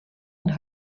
and